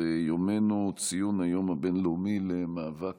שעה 11:00 תוכן העניינים ציון היום הבין-לאומי למאבק